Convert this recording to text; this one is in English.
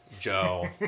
Joe